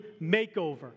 makeover